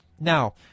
now